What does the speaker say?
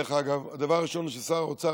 דרך אגב, הדבר הראשון ששר האוצר,